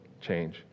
change